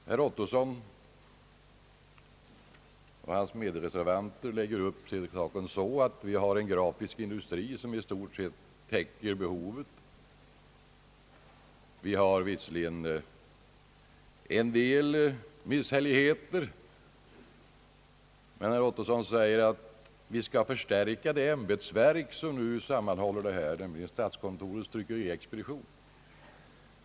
Herr Ottosson och hans medreservanter lägger upp saken så att vi har en grafisk industri som i stort sett täcker behovet. Visserligen finns det, medger man, en del misshälligheter, men herr Ottosson säger att vi skall försöka råda bot på dem genom att förstärka det ämbetsverk som nu sammanhåller verksamheten, nämligen statskontorets tryckeriexpedition.